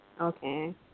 Okay